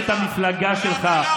לך בחוץ,